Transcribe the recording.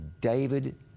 David